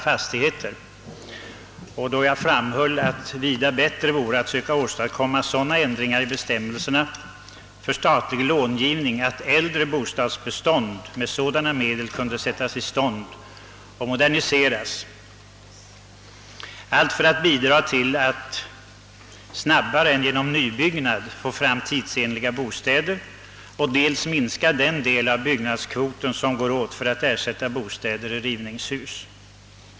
Jag framhöll då att det skulle vara vida bättre att försöka åstadkomma sådana ändringar i bestämmelserna för statlig långivning, att äldre bostadslägenheter kunde sättas i stånd och moderniseras med sådana medel, dels för att snabbare än genom nybyggnad få fram tidsenliga bostäder och dels för att minska den del av byggnadskvoten som går åt för att ersätta bostäder i rivningshus.